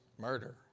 murder